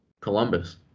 columbus